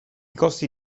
costi